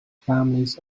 families